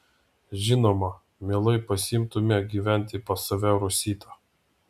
žinoma mielai pasiimtume gyventi pas save rositą